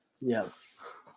Yes